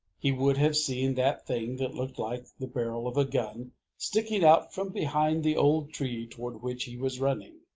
he would have seen that thing that looked like the barrel of a gun sticking out from behind the old tree toward which he was running,